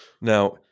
Now